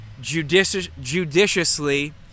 judiciously